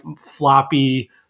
floppy